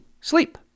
sleep